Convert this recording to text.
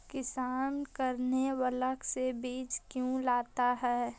किसान करने ब्लाक से बीज क्यों लाता है?